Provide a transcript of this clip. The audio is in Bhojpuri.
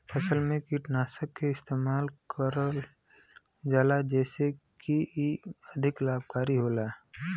फसल में कीटनाशक के इस्तेमाल करल जाला जेसे की इ अधिक लाभकारी होला